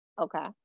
okay